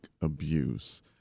abuse